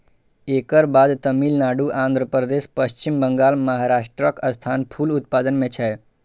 एकर बाद तमिलनाडु, आंध्रप्रदेश, पश्चिम बंगाल, महाराष्ट्रक स्थान फूल उत्पादन मे छै